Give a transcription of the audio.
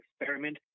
experiment